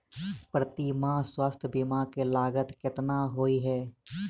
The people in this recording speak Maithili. प्रति माह स्वास्थ्य बीमा केँ लागत केतना होइ है?